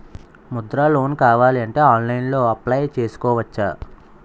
Mudra loan కావాలి అంటే ఆన్లైన్లో అప్లయ్ చేసుకోవచ్చా?